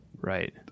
right